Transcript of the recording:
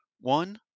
One